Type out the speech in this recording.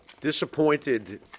disappointed